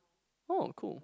oh cool